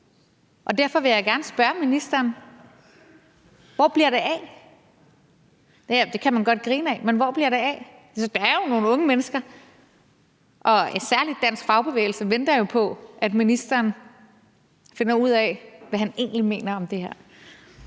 Derfor vil jeg gerne spørge ministeren: Hvor bliver det af? Det kan man godt grine af, men hvor bliver det af? Der er jo nogle unge mennesker, der venter på det, og særlig den danske fagbevægelse venter jo på, at ministeren finder ud af, hvad han egentlig mener om det her.